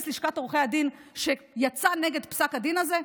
לשכת עורכי הדין כשיצא נגד פסק הדין הזה?